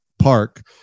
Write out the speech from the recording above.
Park